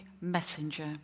messenger